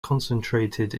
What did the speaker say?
concentrated